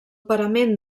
parament